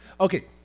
Okay